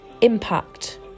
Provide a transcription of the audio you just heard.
impact